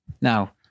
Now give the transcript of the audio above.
Now